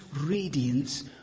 radiance